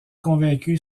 convaincu